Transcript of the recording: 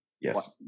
Yes